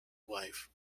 wife